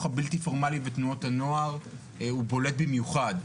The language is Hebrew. הבלתי פורמלי ותנועות הנוער הוא בולט במיוחד.